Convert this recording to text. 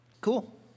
cool